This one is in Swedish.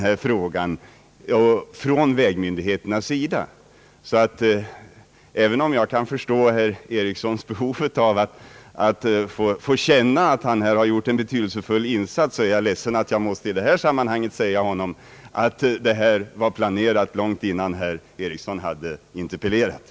Som kammarens ledamöter torde ha observerat har det uppsatts anslag om att detta plenum kommer att fortsätta kl. 19.30. Jag har för avsikt att låta förmiddagens plenum pågå till ungefär kl. 17.30.